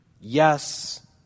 yes